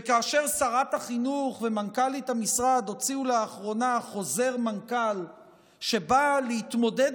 וכאשר שרת החינוך ומנכ"לית המשרד הוציאו לאחרונה חוזר מנכ"ל שבא להתמודד